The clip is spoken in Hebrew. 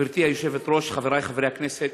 גברתי היושבת-ראש, חבריי חברי הכנסת,